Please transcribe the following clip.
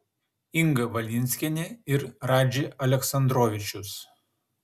inga valinskienė ir radži aleksandrovičius